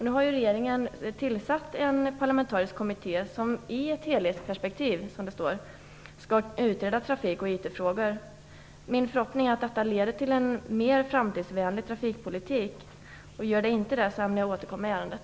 Nu har regeringen tillsatt en parlamentarisk kommitté som i ett helhetsperspektiv skall utreda trafik och IT-frågor. Min förhoppning är att detta leder till en mer framtidsvänlig trafikpolitik. Gör det inte det ämnar jag återkomma i ärendet.